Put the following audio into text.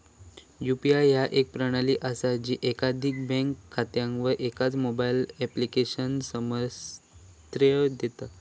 UPI ह्या एक प्रणाली असा जी एकाधिक बँक खात्यांका एकाच मोबाईल ऍप्लिकेशनात सामर्थ्य देता